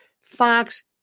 Fox